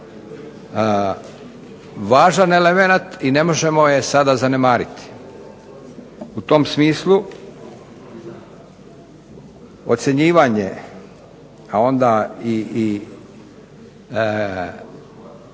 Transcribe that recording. važan elemenat i ne možemo je sada zanemariti. U tom smislu ocjenjivanje, a onda i